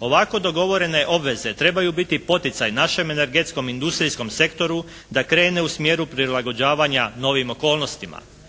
Ovako dogovorene obveze trebaju biti poticaj našem energetskom industrijskom sektoru da krene u smjeru prilagođavanja novim okolnostima.